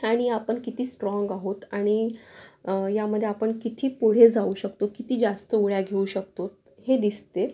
आणि आपण किती स्ट्राँग आहोत आणि यामध्ये आपण किती पुढे जाऊ शकतो किती जास्त उड्या घेऊ शकतो हे दिसते